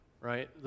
right